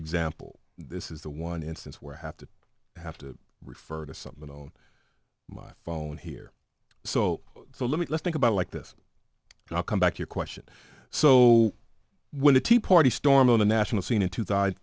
example this is the one instance where i have to have to refer to something on my phone here so so let me let's think about like this and i'll come back to your question so when the tea party storm on the national scene in two